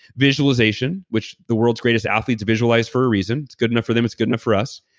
visualization, which the world's greatest athletes visualize for a reason. it's good enough for them, it's good enough for us.